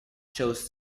chose